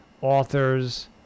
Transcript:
authors